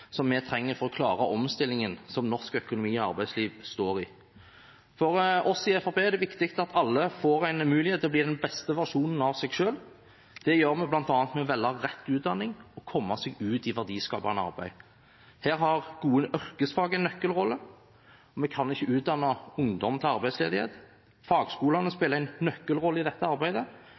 vi trenger for å klare omstillingen som norsk økonomi og arbeidsliv står i. For oss i Fremskrittspartiet er det viktig at alle får en mulighet til å bli den beste versjonen av seg selv. Det gjør man bl.a. ved å velge rett utdanning og komme seg ut i verdiskapende arbeid. Her har yrkesfag en nøkkelrolle. Vi kan ikke utdanne ungdom til arbeidsledighet. Fagskolene spiller en nøkkelrolle i dette arbeidet,